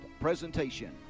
presentation